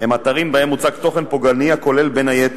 כאשר לעתים קרובות ההורים כלל אינם